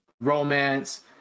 romance